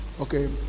Okay